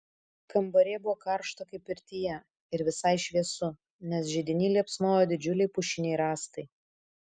kambaryje buvo karšta kaip pirtyje ir visai šviesu nes židiny liepsnojo didžiuliai pušiniai rąstai